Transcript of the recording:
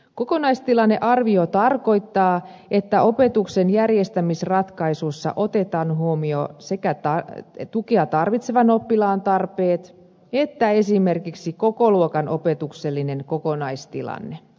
kokonaistilannearvio tarkoittaa että opetuksen järjestämisratkaisussa otetaan huomioon sekä tukea tarvitsevan oppilaan tarpeet että esimerkiksi koko luokan opetuksellinen kokonaistilanne